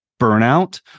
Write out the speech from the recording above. burnout